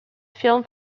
film